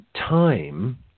time